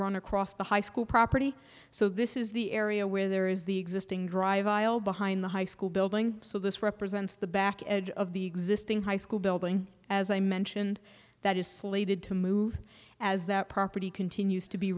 run across the high school property so this is the area where there is the existing drive behind the high school building so this represents the back edge of the existing high school building as i mentioned that is slated to move as that property continues to be